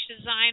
design